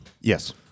Yes